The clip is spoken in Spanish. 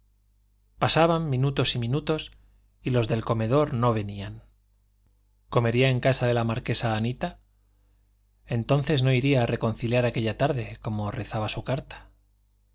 pasaban minutos y minutos y los del comedor no venían comería en casa de la marquesa anita entonces no iría a reconciliar aquella tarde como rezaba su carta